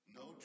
no